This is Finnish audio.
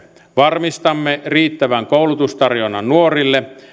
varmistamme riittävän koulutustarjonnan nuorille